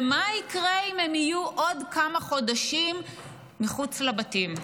מה יקרה אם הם יהיו עוד כמה חודשים מחוץ לבתים?